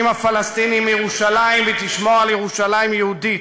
הפלסטיניים מירושלים ותשמור על ירושלים יהודית,